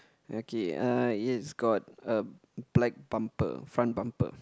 okay uh it's got a black bumper front bumper